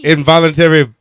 Involuntary